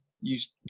use